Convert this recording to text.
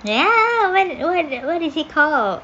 ya what what what is it called